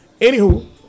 Anywho